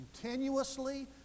continuously